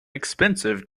expensive